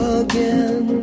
again